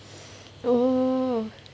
oh